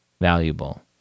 valuable